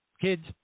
Kids